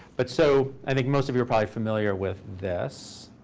but so i think most of you are probably familiar with this.